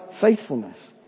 faithfulness